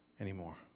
anymore